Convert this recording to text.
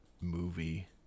movie